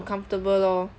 comfortable lor